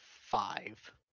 five